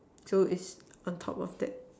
so it's on top of that